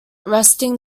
resting